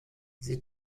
sie